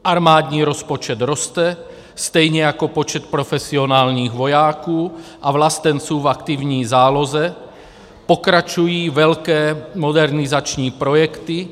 Armádní rozpočet roste, stejně jako počet profesionálních vojáků a vlastenců v aktivní záloze, pokračují velké modernizační projekty.